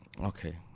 Okay